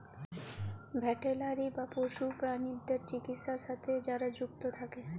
veterinary বা পশু প্রালিদ্যার চিকিৎছার সাথে যারা যুক্ত থাক্যে